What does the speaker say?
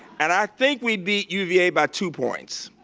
and i think we beat uva by two points,